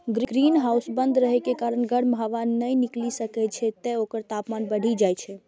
greenhouse बंद रहै के कारण गर्म हवा नै निकलि सकै छै, तें ओकर तापमान बढ़ि जाइ छै